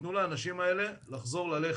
ותנו לאנשים האלה לחזור ללכת.